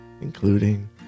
Including